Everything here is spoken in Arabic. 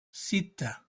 ستة